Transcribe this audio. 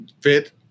fit